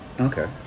okay